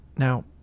Now